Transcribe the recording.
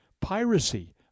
piracy